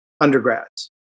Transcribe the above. undergrads